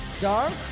dark